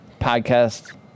podcast